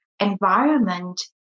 environment